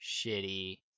shitty